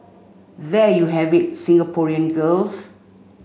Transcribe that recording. there you have it Singaporean girls